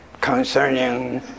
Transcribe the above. concerning